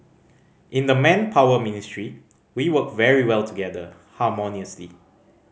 in the Manpower Ministry we work very well together harmoniously